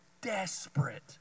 desperate